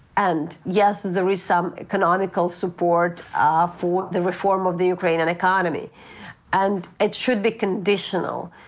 and yes, there is some economical support ah for the reform of the ukrainian economy and it should be conditional.